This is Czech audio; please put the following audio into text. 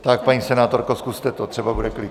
Tak, paní senátorko, zkuste to, třeba bude klid.